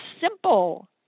simple